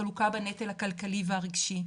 חלוקה בנטל הכלכלי והרגשי.